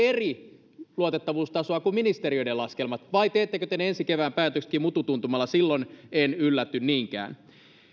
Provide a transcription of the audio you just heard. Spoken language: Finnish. eri luotettavuustasoa kuin ministeriöiden laskelmat vai teettekö te ne ensi kevään päätöksetkin mututuntumalla silloin en ylläty niinkään